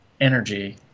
energy